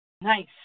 Nice